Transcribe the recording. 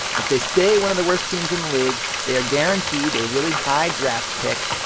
if they stay one of the worst teams in the league, they are guaranteed a really high draft pick,